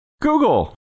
Google